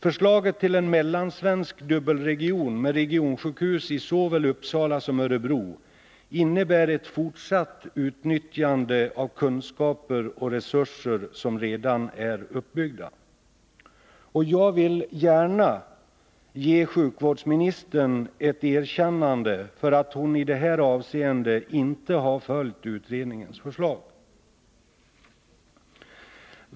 Förslaget till en mellansvensk dubbelregion med regionsjukhus i såväl Uppsala som Örebro innebär ett fortsatt utnyttjande av kunskaper och resurser som redan är uppbyggda. Jag vill gärna ge sjukvårdsministern ett erkännande för att hon i det här avseendet inte har följt utredningens förslag.